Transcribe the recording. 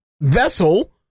vessel